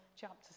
chapter